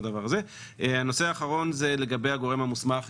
הנושא האחרון הוא לגבי הגורם המוסמך.